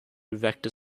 vector